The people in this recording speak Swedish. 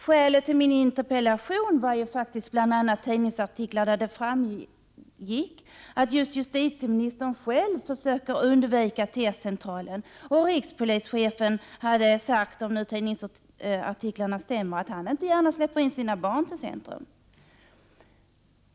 Skälet till min interpellation var bl.a. en tidningsartikel av vilken det framgick att justitieministern själv försöker undvika T-centralen. Rikspolischefen hade sagt, om tidningsartiklarna är korrekta, att han inte gärna låter sina barn åka in till centrum.